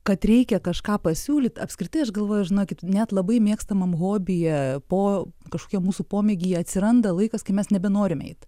kad reikia kažką pasiūlyt apskritai aš galvoju žinokit net labai mėgstamam hobyje po kažkokiam mūsų pomėgyje atsiranda laikas kai mes nebenorim eit